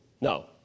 No